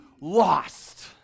lost